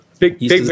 Big